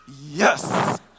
Yes